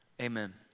Amen